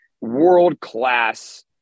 World-class